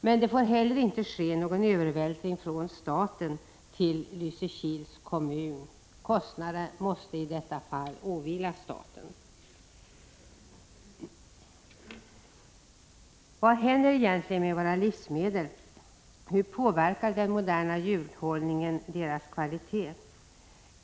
Men det får inte ske någon övervältring från staten till Lysekils kommun, utan kostnaderna måste åvila staten. Vad händer egentligen med våra livsmedel? Hur påverkar den moderna djurhållningen deras kvalitet?